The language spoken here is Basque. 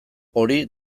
hori